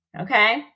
Okay